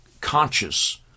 conscious